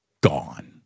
gone